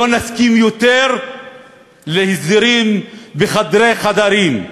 לא נסכים יותר להסדרים בחדרי חדרים,